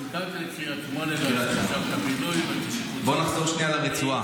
--- קריית שמונה --- בוא נחזור רגע לרצועה.